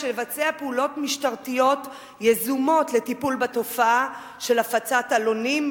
יש לבצע פעולות משטרתיות יזומות לטיפול בתופעה של הפצת עלונים,